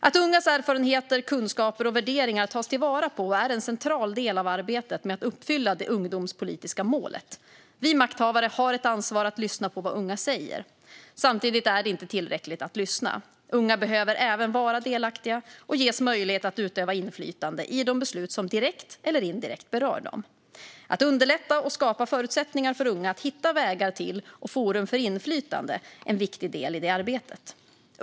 Att ungas erfarenheter, kunskaper och värderingar tas till vara är en central del av arbetet med att uppfylla det ungdomspolitiska målet. Vi makthavare har ett ansvar att lyssna på vad unga säger. Samtidigt är det inte tillräckligt att lyssna. Unga behöver även vara delaktiga och ges möjlighet att utöva inflytande i de beslut som direkt eller indirekt berör dem. Att underlätta och skapa förutsättningar för unga att hitta vägar till och forum för inflytande är en viktig del i det arbetet.